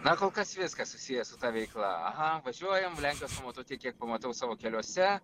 na kol kas viskas susiję su ta veikla aha važiuojam lenkijos pamatau tiek kiek pamatau savo keliuose